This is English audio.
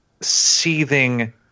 seething